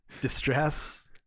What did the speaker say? distress